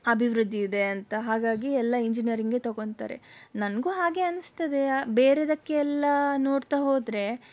ಅಭಿವೃದ್ಧಿ ಇದೆ ಅಂತ ಹಾಗಾಗಿ ಎಲ್ಲ ಇಂಜಿನಿಯರಿಂಗೇ ತಗೊಂತಾರೆ ನನಗೂ ಹಾಗೇ ಅನ್ನಿಸ್ತದೆ ಬೇರೆಯದಕ್ಕೆಲ್ಲ ನೋಡ್ತಾ ಹೋದರೆ